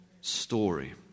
story